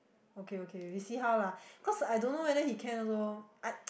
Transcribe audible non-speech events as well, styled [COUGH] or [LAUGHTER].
okay okay we see how lah cause I don't know whether he can also I [NOISE]